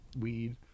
weed